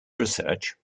research